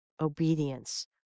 obedience